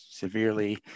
severely